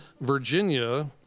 Virginia